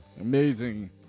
Amazing